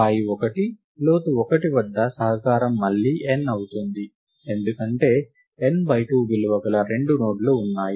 స్థాయి 1 - లోతు 1 వద్ద సహకారం మళ్లీ n అవుతుంది ఎందుకంటే n బై 2 విలువ గల రెండు నోడ్లు ఉన్నాయి